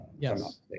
yes